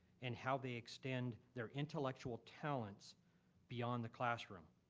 and how they extend their intellectual talents beyond the classroom.